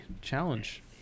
challenge